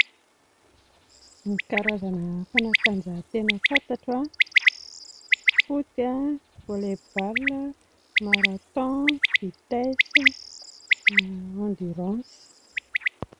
Ny karazana fanatanjahan-tena fantatro a: foot a, volley bal a, marathon, vitesse, endurance.